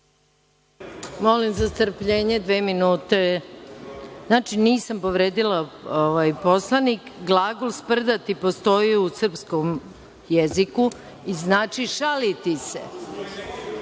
Molim za strpljenje dve minute. Dakle, nisam povredila Poslovnik. Glagol „sprdati“ postoji u srpskom jeziku i znači šaliti se.